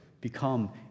become